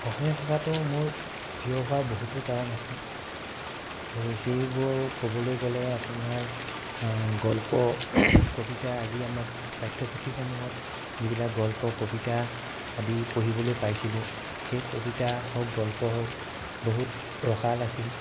অসমীয়া ভাষাটো মোৰ প্ৰিয় হোৱা বহুতো কাৰণ আছে আৰু সেইবোৰৰ ক'বলৈ গ'লে আপোনাৰ গল্প কবিতা আদি আমাক পাঠ্যপুথিসমূহত যিবিলাক গল্প কবিতা আদি পঢ়িবলৈৈ পাইছিলোঁ সেই কবিতা হওক গল্প হওক বহুত ৰসাল আছিল